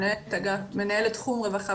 מנהל תחום רווחה,